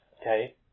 okay